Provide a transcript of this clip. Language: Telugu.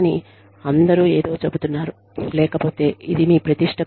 కానీ అందరూ ఏదో చెబుతున్నారు లేకపోతే ఇది మీ ప్రతిష్ట